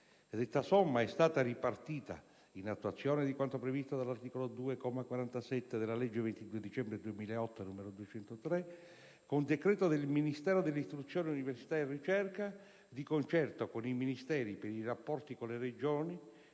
Detta somma è stata ripartita, in attuazione di quanto previsto dall'articolo 2, comma 47, della legge 22 dicembre 2008, n. 203, con decreto del Ministero dell'istruzione, università e ricerca di concerto con i Ministeri per i rapporti con le Regioni